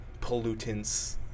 pollutants